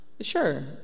Sure